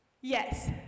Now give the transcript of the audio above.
yes